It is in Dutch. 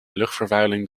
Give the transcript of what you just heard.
luchtvervuiling